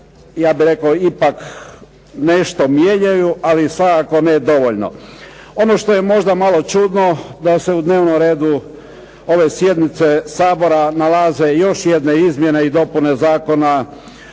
ja bih rekao ipak nešto mijenjaju, ali svakako ne dovoljno. Ono što je možda malo čudno da se u dnevnom redu ovdje sjednice Sabora nalaze još jedne izmjene i dopune Zakona